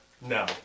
No